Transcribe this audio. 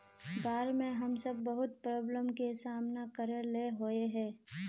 बाढ में हम सब बहुत प्रॉब्लम के सामना करे ले होय है?